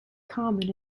common